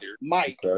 Mike